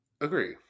Agree